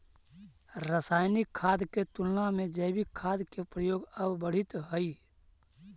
रासायनिक खाद के तुलना में जैविक खाद के प्रयोग अब बढ़ित हई